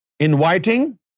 Inviting